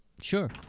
Sure